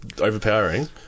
overpowering